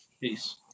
Peace